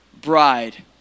bride